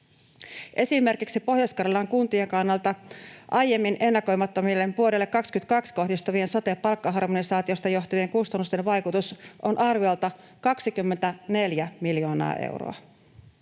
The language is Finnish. Esimerkiksi Pohjois-Karjalan kuntien kannalta aiemmin ennakoimattomien, vuodelle 22 kohdistuvien sote-palkkaharmonisaatiosta johtuvien kustannusten vaikutus on arviolta 24 miljoonaa euroa.